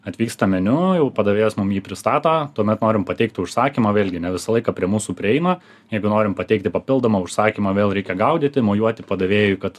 atvyksta meniu jau padavėjas mum jį pristato tuomet norim pateikti užsakymą vėlgi ne visą laiką prie mūsų prieina jeigu norim pateikti papildomą užsakymą vėl reikia gaudyti mojuoti padavėjui kad